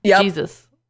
Jesus